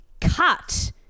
cut